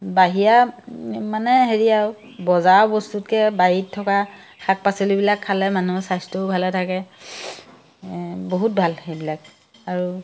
বাহিৰা মানে হেৰি আৰু বজাৰ বস্তুতকৈ বাৰীত থকা শাক পাচলিবিলাক খালে মানুহৰ স্বাস্থ্যও ভালে থাকে বহুত ভাল সেইবিলাক আৰু